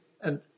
and